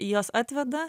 juos atveda